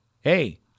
hey